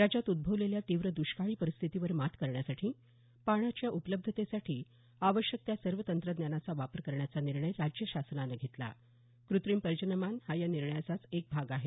राज्यात उद्भवलेल्या तीव्र दष्काळी परिस्थितीवर मात करण्यासाठी पाण्याच्या उपलब्धतेसाठी आवश्यक त्या सर्व तंत्रज्ञानाचा वापर करण्याचा निर्णय राज्य शासनानं घेतला कृत्रिम पर्जन्यमान हा या निर्णयाचाच एक भाग आहे